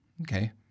okay